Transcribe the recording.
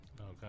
Okay